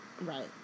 right